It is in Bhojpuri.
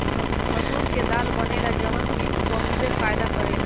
मसूर के दाल बनेला जवन की बहुते फायदा करेला